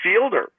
fielder